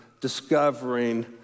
discovering